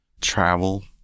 travel